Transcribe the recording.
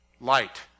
Light